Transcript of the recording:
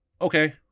Okay